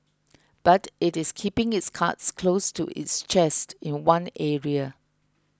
but it is keeping its cards close to its chest in one area